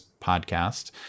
podcast